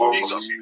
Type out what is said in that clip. Jesus